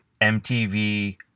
mtv